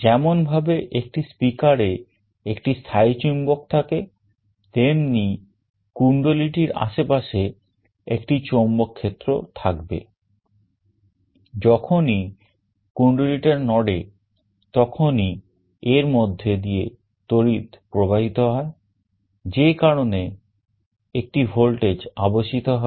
যেমন ভাবে একটি speaker এ একটি স্থায়ী চুম্বক থাকে তেমনি কুণ্ডলী হবে